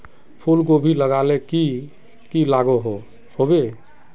फूलकोबी लगाले की की लागोहो होबे?